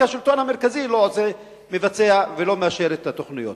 כי השלטון המרכזי לא מבצע ולא מאשר את התוכניות.